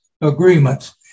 agreements